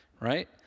Right